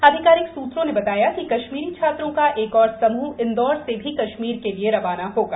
आधिकारिक सूत्रों ने बताया कि कश्मीरी छात्रों का एक और समूह इंदौर से भी कश्मीर के लिए रवाना होगा